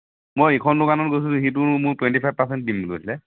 মই এইখন দোকানত গৈছিলোঁ সিতো মোক টুৱেণ্টি ফাইভ পাৰচেণ্ট দিম বুলি কৈছিলে